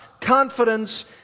confidence